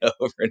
over